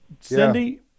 Cindy